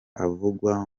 avugwa